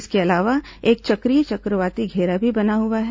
इसके अलावा एक चक्रीय चक्रवाती घेरा भी बना हुआ है